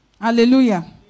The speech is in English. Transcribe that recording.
Hallelujah